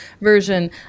version